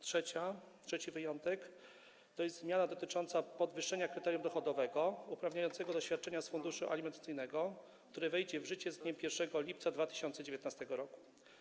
Trzeci wyjątek to jest zmiana dotycząca podwyższenia kryterium dochodowego uprawniającego do świadczenia z funduszu alimentacyjnego, która wejdzie w życie z dniem 1 lipca 2019 r.